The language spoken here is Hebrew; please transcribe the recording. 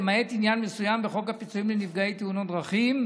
למעט עניין מסוים בחוק הפיצויים לנפגעי תאונות דרכים,